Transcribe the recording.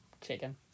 chicken